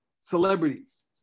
celebrities